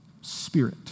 spirit